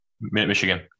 Michigan